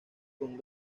con